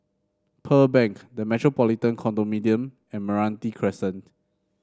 Pearl Bank The Metropolitan Condominium and Meranti Crescent